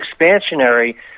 expansionary